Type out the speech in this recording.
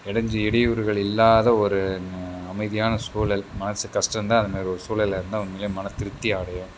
இடையூறுகள் இல்லாத ஒரு அமைதியான சூழல் மனசு கஷ்டம் இருந்தால் அதுமாதிரி ஒரு சூழலில் இருந்தால் உண்மையிலேயே மனம் திருப்தி அடையும்